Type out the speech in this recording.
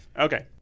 Okay